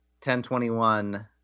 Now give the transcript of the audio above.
1021